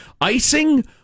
Icing